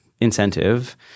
incentive